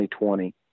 2020